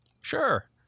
Sure